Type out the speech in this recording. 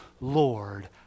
Lord